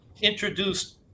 introduced